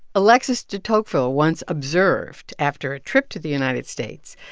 alexis de tocqueville once observed, after a trip to the united states,